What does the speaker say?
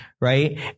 right